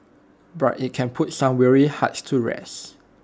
but IT can put some weary hearts to rest